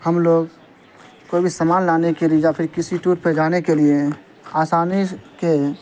ہم لوگ کوئی بھی سامان لانے کے لیے یا پھر کسی ٹور پہ جانے کے لیے آسانی کے